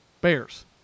Bears